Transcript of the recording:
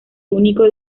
único